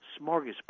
Smorgasbord